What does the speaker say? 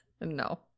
no